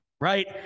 right